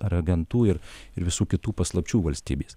ar agentų ir ir visų kitų paslapčių valstybės